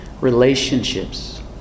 relationships